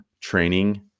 training